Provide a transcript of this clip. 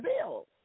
bills